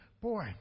boy